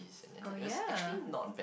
oh ya